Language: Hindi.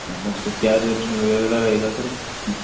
अच्छा उसके क्या रेट वग़ैरह रहेगा सर